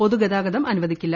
പൊതു ഗതാഗതം അനുവദിക്കില്ല